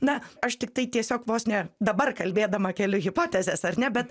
na aš tiktai tiesiog vos ne dabar kalbėdama kėliu hipotezes ar ne bet